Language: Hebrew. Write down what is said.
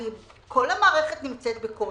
כל המערכת נמצאת בקושי.